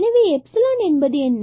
எனவே எப்ஸிலோன் என்பது என்ன